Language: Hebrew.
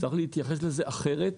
צריך להתייחס לזה אחרת,